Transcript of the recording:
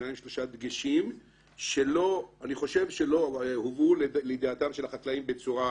שניים-שלושה דגשים שאני חושב שלא הובאו לידיעת החקלאים בצורה